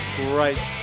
great